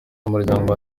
n’umuryango